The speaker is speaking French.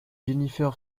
jennifer